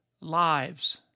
lives